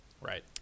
right